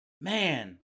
Man